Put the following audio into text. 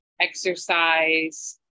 exercise